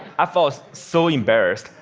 i felt so embarrassed.